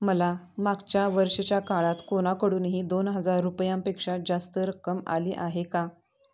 मला मागच्या वर्षाच्या काळात कोणाकडूनही दोन हजार रुपयांपेक्षा जास्त रक्कम आली आहे का